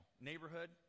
neighborhood